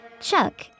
Chuck